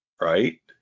Right